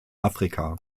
afrika